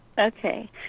Okay